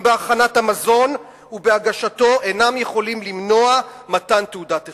בהכנת המזון ובהגשתו אינם יכולים למנוע מתן תעודת הכשר.